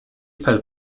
fell